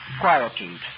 quietude